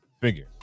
figure